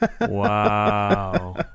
Wow